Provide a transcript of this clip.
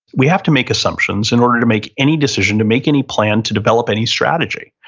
we have to make assumptions in order to make any decision, to make any plan, to develop any strategy